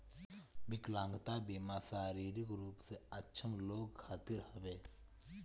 विकलांगता बीमा शारीरिक रूप से अक्षम लोग खातिर हवे